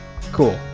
cool